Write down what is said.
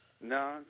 No